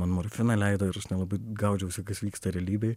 man morfiną leido ir aš nelabai gaudžiausi kas vyksta realybėj